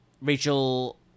Rachel